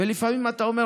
ולפעמים אתה אומר,